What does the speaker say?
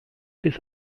bis